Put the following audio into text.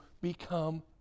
become